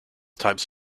types